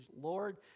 Lord